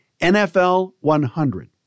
NFL100